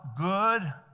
good